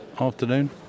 afternoon